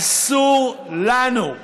אסור לנו.